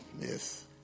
yes